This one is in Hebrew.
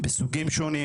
בסוגים שונים,